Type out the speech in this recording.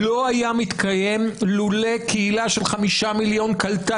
זה לא היה מתקיים לולא קהילה של 5 מיליון קלטה